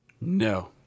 No